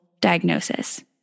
diagnosis